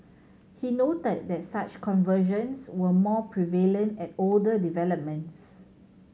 he noted that such conversions were more prevalent at older developments